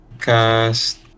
cast